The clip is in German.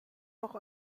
noch